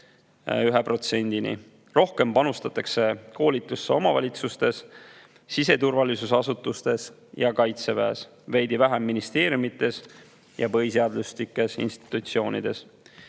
1%‑ni. Rohkem panustatakse koolitusse omavalitsustes, siseturvalisuse asutustes ja Kaitseväes, veidi vähem ministeeriumides ja põhiseaduslikes institutsioonides.